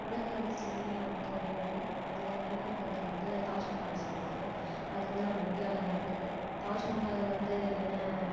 உலக அதிசயமே மொத்தம் ஏழு அதில் மெயினாக இருக்கிறது வந்து தாஜ்மஹாலை சொல்லுவாங்க அது வந்து நம்ம இந்தியாவில் இருக்கு தாஜ்மஹால் வந்து என்ன